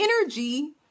energy